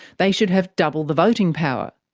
they should have double the voting power.